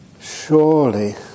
surely